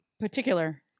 Particular